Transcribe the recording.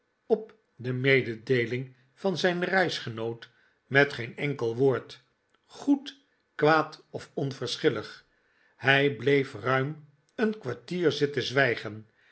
op de mededeeling van zijn reisgenoot met geen enkel woord goed kwaad of onverschillig hij bleef ruim een kwartier zitten zwijgen